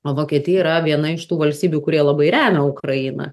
o vokietija yra viena iš tų valstybių kurie labai remia ukrainą